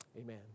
Amen